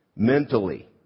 mentally